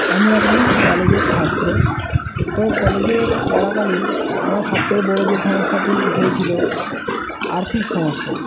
আমি একজন কলেজের ছাত্র তো কলেজে পড়াকালীন আমার সব থেকে বড় যে সমস্যাটি হয়েছিল আর্থিক সমস্যা